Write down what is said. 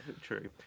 true